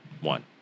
one